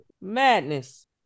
Madness